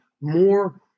more